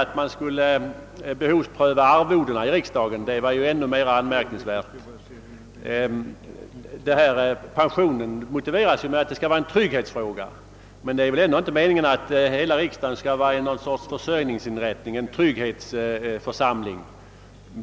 Att man skulle behovspröva arvodena i riksdagen var ännu mera anmärkningsvärt. Pensionen motiveras ju med trygghetsbehovet. Men det är väl inte meningen att hela riksdagen skall vara någon sorts försörjningsinrättning, en församling för att tillgodose medlem marnas trygghetsbehov.